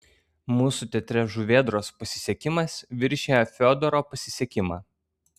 mūsų teatre žuvėdros pasisekimas viršija fiodoro pasisekimą